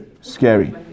scary